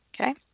okay